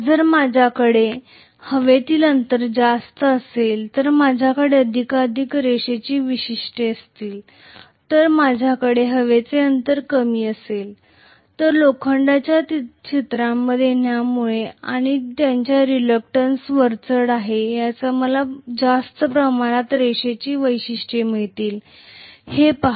जर माझ्याकडे हवेतील अंतर जास्त असेल तर माझ्याकडे अधिकाधिक रेषेची वैशिष्ट्ये असतील जर माझ्याकडे हवेचे अंतर कमी असेल तर लोखंडाच्या चित्रामध्ये येण्यामुळे आणि ज्यांची रिलक्टंन्स वरचढ आहे याचा मला जास्त प्रमाणात रेषेचे वैशिष्ट्य मिळेल ते पहा